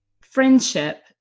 friendship